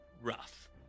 rough